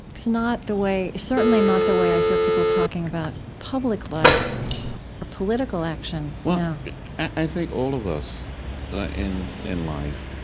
it's not the way certainly not the way i hear people talking about public life or political action now i think all of us in in life,